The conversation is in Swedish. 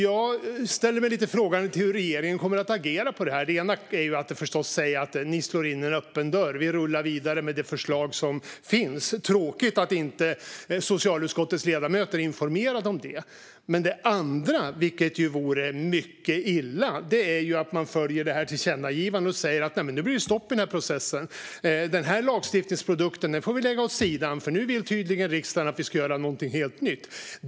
Jag ställer mig lite frågande till hur regeringen kommer att agera på det här. Det ena sättet är att säga: Ni slår in en öppen dörr. Vi rullar vidare med det förslag som finns. Det är tråkigt att inte socialutskottets ledamöter är informerade om det. Det andra sättet, vilket vore mycket illa, är att följa det här tillkännagivandet och säga: Nej, nu blir det stopp i processen. Den här lagstiftningsprodukten får vi lägga åt sidan, för nu vill tydligen riksdagen att vi ska göra något helt nytt.